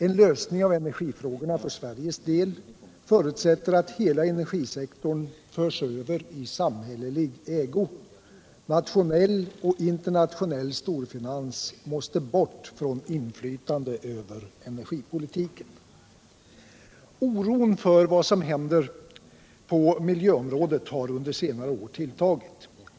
En lösning av energifrågorna för Sveriges del förutsätter att hela energisektorn förs över i samhällelig ägo. Nationell och internationell storfinans måste bort från inflytande över energipolitiken. Oron för vad som händer på miljöområdet har under senare år tilltagit.